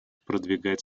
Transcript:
продвигать